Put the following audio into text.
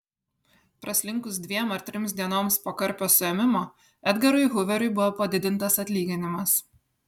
praslinkus dviem ar trims dienoms po karpio suėmimo edgarui huveriui buvo padidintas atlyginimas